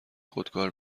خودکار